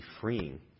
Freeing